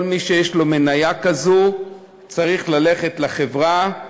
כל מי שיש לו מניה כזאת צריך ללכת לחברה,